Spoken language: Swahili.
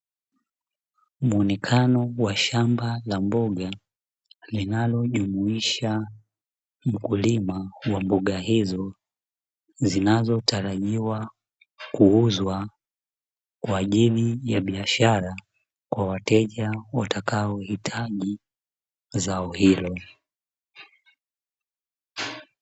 Muonekano wa shamba la mboga, linalojumuisha mkulima wa mboga hizo, zinazotarajiwa kuuzwa kwa ajili ya biashara, kwa wateja watakaohitaji zao hilo.